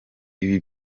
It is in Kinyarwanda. ibi